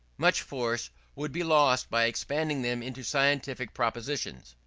much force would be lost by expanding them into specific propositions.